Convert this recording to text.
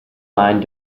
line